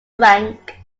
frank